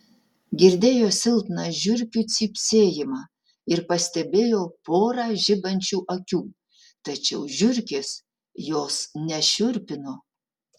girdėjo silpną žiurkių cypsėjimą ir pastebėjo porą žibančių akių tačiau žiurkės jos nešiurpino